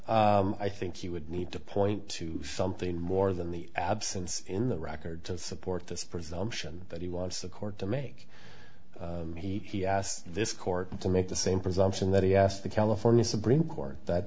yes i think he would need to point to something more than the absence in the record to support this presumption that he wants a court to make he asked this court to make the same presumption that he asked the california supreme court that